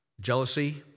jealousy